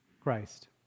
Christ